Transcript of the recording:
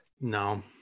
No